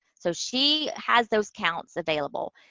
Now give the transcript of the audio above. so, she has those counts available.